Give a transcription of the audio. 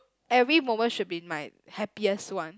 every moment should be my happiest one